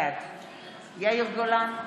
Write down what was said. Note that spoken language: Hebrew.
בעד יאיר גולן,